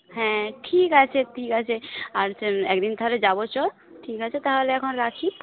হ্যাঁ ঠিক আছে ঠিক আছে আচ্ছা একদিন তাহলে যাব চল ঠিক আছে তাহলে এখন রাখি